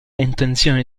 intenzione